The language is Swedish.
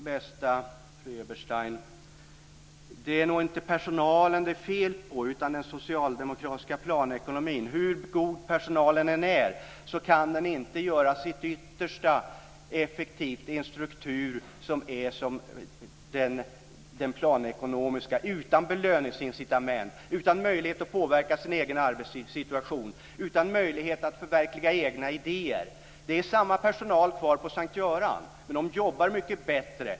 Fru talman! Bästa fru Eberstein! Det är nog inte personalen det är fel på utan den socialdemokratiska planekonomin. Hur god personalen än är kan den inte effektivt göra sitt yttersta i en struktur som den planekonomiska - utan belöningsincitament, utan möjlighet att påverka sin egen arbetssituation, utan möjlighet att förverkliga egna idéer. Det är samma personal kvar på S:t Göran, men den jobbar mycket bättre.